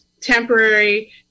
temporary